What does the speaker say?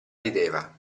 rideva